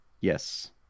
yes